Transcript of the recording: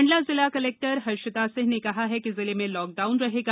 मंडला जिला कलेक्टर हर्षिता सिंह ने कहा कि जिले में लॉकडाउन रहेगा